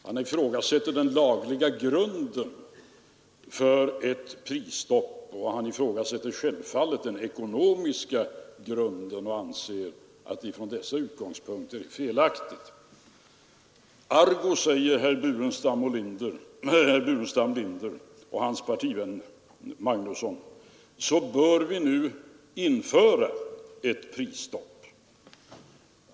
Han ifrågasätter den lagliga och självfallet även den ekonomiska grunden för ett prisstopp och anser att det från dessa utgångspunkter är felaktigt. Ergo, säger herr Burenstam Linder och hans partivän herr Magnusson i Borås, bör vi nu införa ett prisstopp.